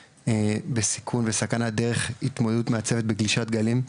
בסיכון וסכנת דרך התמודדות מעצבת בגלישת גלים,